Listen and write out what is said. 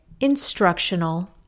instructional